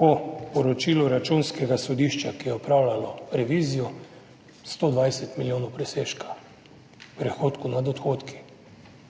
po poročilu Računskega sodišča, ki je opravljalo revizijo, 120 milijonov evrov presežka prihodkov nad odhodki.